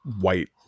white